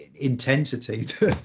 intensity